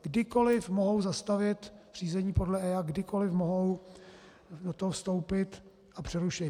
Kdykoli mohou zastavit řízení podle EIA, kdykoli mohou do toho vstoupit a přerušit.